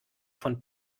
von